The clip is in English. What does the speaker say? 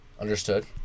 Understood